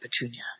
Petunia